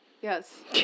Yes